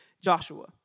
Joshua